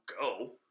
go